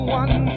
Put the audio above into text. one